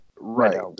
Right